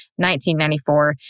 1994